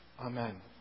Amen